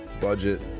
budget